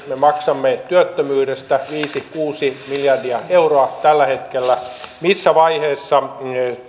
me maksamme merkittävästi työttömyydestä viisi viiva kuusi miljardia euroa tällä hetkellä missä vaiheessa